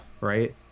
Right